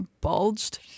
bulged